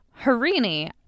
Harini